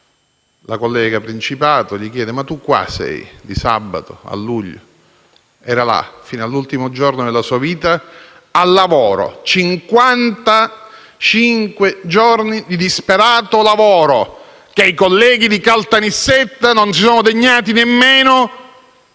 la collega Principato, che gli chiese: «Ma tu qua sei, di sabato, a luglio?». Era là, fino all'ultimo giorno della sua vita, a lavoro: cinquantacinque giorni di disperato lavoro, che i colleghi di Caltanissetta non si sono degnati nemmeno